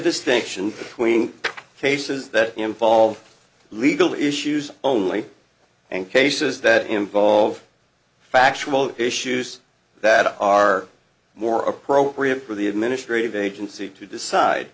distinction between cases that involve legal issues only and cases that involve factual issues that are more appropriate for the administrative agency to decide